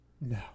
No